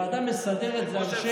ועדה מסדרת זה על שם,